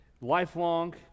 lifelong